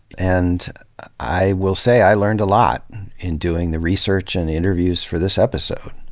and i will say i learned a lot in doing the research and interviews for this episode.